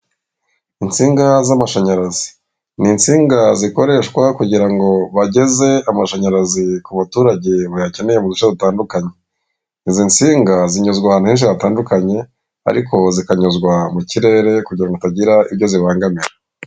Insinga z'amashanyarazi, ni insinga zikoreshwa kugira ngo bageze amashanyarazi ku baturage bayakeneye mu duce dutandukanye, izi nsinga zinyuzwa ahantu heshi hatandukanye, ariko zikanyuzwa mu kirere kugira ngo hatagira ibyo zibangamira.